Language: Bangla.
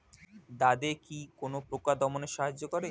দাদেকি কোন পোকা দমনে সাহায্য করে?